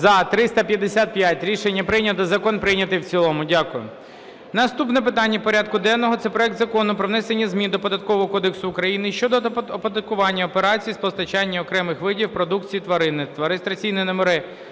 За-355 Рішення прийнято. Закон прийнятий в цілому. Дякую. Наступне питання порядку денного – це проект Закону про внесення змін до Податкового кодексу України щодо оподаткування операцій з постачання окремих видів продукції тваринництва